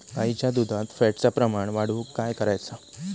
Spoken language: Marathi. गाईच्या दुधात फॅटचा प्रमाण वाढवुक काय करायचा?